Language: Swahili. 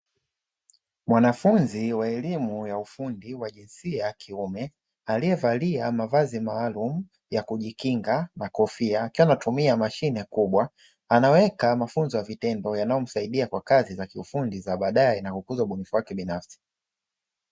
Mwanafunzi wa elimu ya ufundi wa jinsia ya kiume, aliyevalia mavazi maalumu ya kujikinga na kofia akiwa anatumia mashine kubwa, anaweka mafunzo ya vitendo yanayomsaidia kwa kazi za ufundi za baadae na kukuza ubunifu wake binafsi.